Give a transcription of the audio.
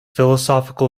philosophical